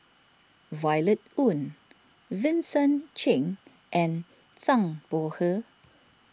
Violet Oon Vincent Cheng and Zhang Bohe